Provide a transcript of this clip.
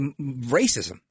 racism